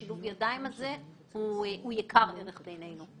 שילוב הידיים הזה הוא יקר ערך בעינינו.